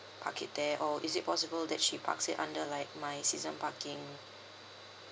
park it there or is it possible that she parks it under like my season parking